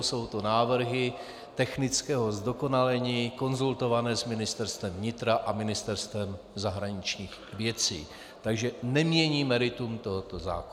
Jsou to návrhy technického zdokonalení, konzultované s Ministerstvem vnitra a Ministerstvem zahraničních věcí, takže nemění meritum tohoto zákona.